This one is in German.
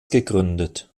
gegründet